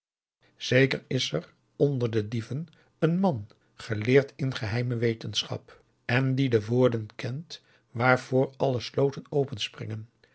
zeker is er onder de dieven een man geleerd in geheime wetenschap en die de woorden kent waarvoor alle sloten openspringen en